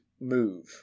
move